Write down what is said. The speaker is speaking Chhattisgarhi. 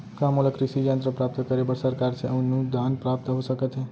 का मोला कृषि यंत्र प्राप्त करे बर सरकार से अनुदान प्राप्त हो सकत हे?